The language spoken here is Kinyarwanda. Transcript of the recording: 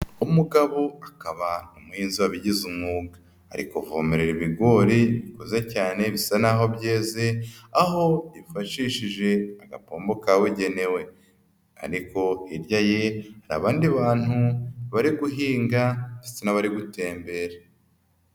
Umugabo akaba umuhinzi wabigize umwuga .Ari kuvomerera ibigori bikuze cyane bisa naho byeze, aho yifashishije agapombo kabugenewe. Ariko hirya ye hari abandi bantu bari guhinga ndetse n'abari gutembera.